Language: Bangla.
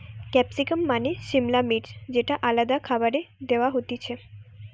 ক্যাপসিকাম মানে সিমলা মির্চ যেটা আলাদা খাবারে দেয়া হতিছে